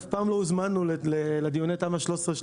אנחנו אף פעם לא הוזמנו לדיוני תמ"א 13/13,